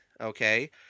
Okay